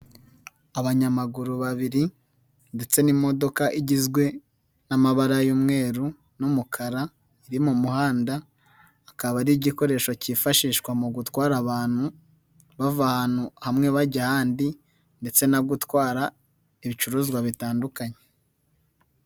Abanyamaguru babiri ndetse n'imodoka igizwe n'amabara y'umweru n'umukara biri mu muhanda, akaba ari igikoresho kifashishwa mu gutwara abantu bava ahantu hamwe bajya ahandi ndetse no gutwara ibicuruzwa bitandukanye.